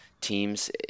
teams